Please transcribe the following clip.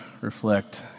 reflect